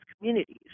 communities